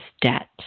debt